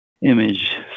image